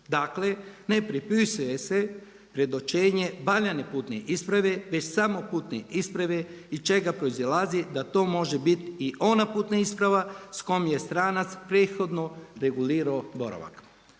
dakle ne propisuje se predočenje valjane putne isprave već samo putne isprave iz čega proizlazi da to može biti i ona putna isprava s kojom je stranac prethodno regulirao boravak.